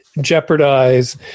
jeopardize